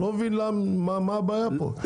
אני לא מבין מה הבעיה פה.